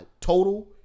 total